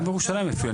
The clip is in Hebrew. גם בירושלים אפילו,